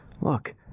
Look